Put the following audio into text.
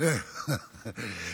חוץ מהחוקים הפשיסטיים שלך.